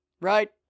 right